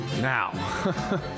Now